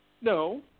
no